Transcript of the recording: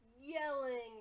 yelling